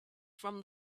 from